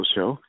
Show